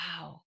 wow